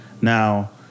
Now